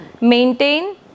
maintain